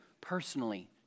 personally